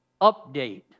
Update